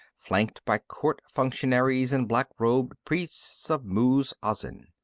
flanked by court functionaries and black-robed priests of muz-azin.